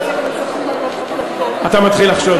מי שאומר: נצח נצחים, אני מתחיל לחשוש.